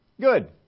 good